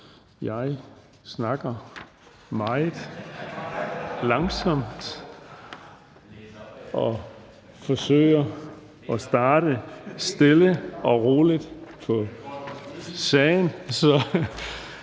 jeg snakker meget langsomt og forsøger at starte stille og roligt på den